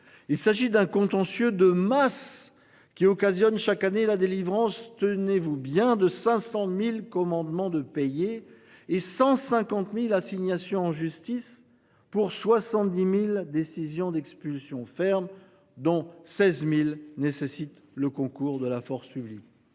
Il s'agit d'un contentieux de masse qui occasionne chaque année la délivrance, tenez-vous bien, de 500.000 commandement de payer et 150.000 assignations en justice pour 70.000 décisions d'expulsions ferme dont 16.000 nécessite le concours de la force publique.